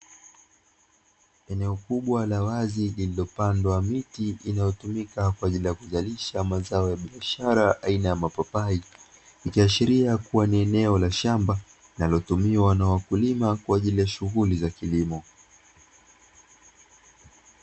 Eneo kubwa la wazi lililopandwa miti inaotumika kwa ajili ya kuzalisha mazao ya biashara aina ya mapapai, ikiashiria kuwa ni eneo la shamba linalotumiwa na wakulima kwa ajili ya shughuli za kilimo.